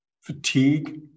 fatigue